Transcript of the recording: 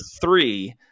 three